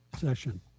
session